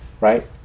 right